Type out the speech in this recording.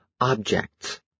objects